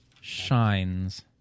shines